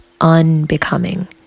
unbecoming